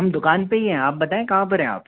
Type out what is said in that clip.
हम दुकान पर ही हैं आप बताएं कहाँ पर हैं आप